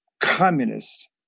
communist